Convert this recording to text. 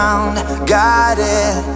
Guided